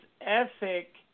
ethic